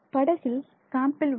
படகில் சாம்பிள் உள்ளது